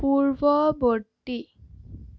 পূৰ্ৱবৰ্তী